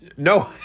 No